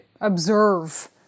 observe